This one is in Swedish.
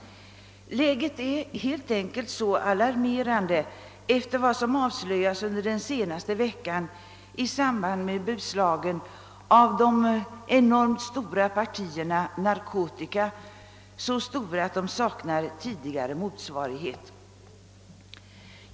Läget är helt enkelt alarmerande efter vad som avslöjats under den senaste veckan i samband med beslagen av de enormt stora partierna narkotika, så stora att de saknar tidigare motsvarighet.